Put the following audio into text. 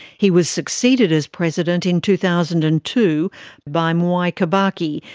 he was succeeded as president in two thousand and two by mwai kibaki,